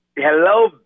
Hello